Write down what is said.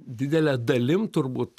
didele dalim turbūt